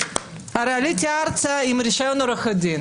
הרי עליתי ארצה עם רישיון עורכת דין